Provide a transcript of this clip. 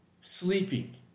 sleeping